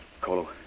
Colo